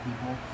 people